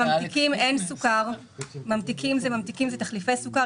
בממתיקים אין סוכר, זה תחליפי סוכר.